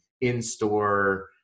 in-store